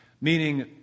Meaning